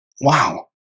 wow